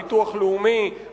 ביטוח לאומי,